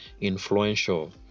influential